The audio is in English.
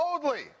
boldly